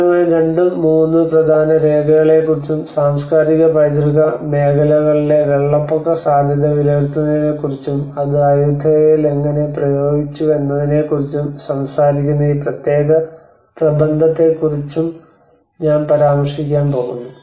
പ്രധാനമായും രണ്ട് മൂന്ന് പ്രധാന രേഖകളെക്കുറിച്ചും സാംസ്കാരിക പൈതൃക മേഖലകളിലെ വെള്ളപ്പൊക്ക സാധ്യത വിലയിരുത്തുന്നതിനെക്കുറിച്ചും അത് അയ്യൂതായയിൽ എങ്ങനെ പ്രയോഗിച്ചുവെന്നതിനെക്കുറിച്ചും സംസാരിക്കുന്ന ഈ പ്രത്യേക പ്രബന്ധത്തെക്കുറിച്ചും ഞാൻ പരാമർശിക്കാൻ പോകുന്നു